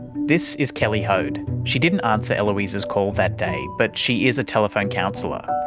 this is kelly hoad. she didn't answer eloise's call that day, but she is a telephone counsellor.